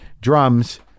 drums